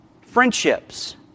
Friendships